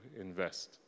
invest